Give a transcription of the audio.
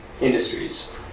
industries